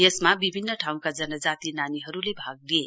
यसमा विभिनन ठाउँका जनजाति नानीहरुले भाग लिए